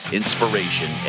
inspiration